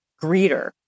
greeter